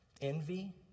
envy